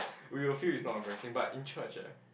we will feel is not embarrassing but in church eh